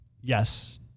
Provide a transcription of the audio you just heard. yes